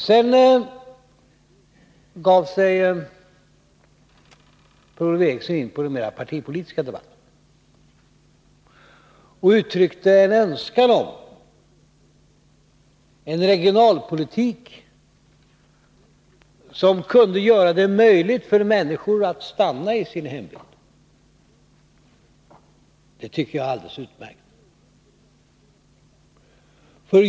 Sedan gav sig Per-Ola Eriksson in på den mer partipolitiska debatten och uttryckte en önskan om en regionalpolitik som kunde göra det möjligt för människor att stanna i sin hembygd. Det tycker jag är alldeles utmärkt.